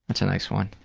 that's a nice one.